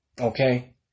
Okay